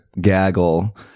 gaggle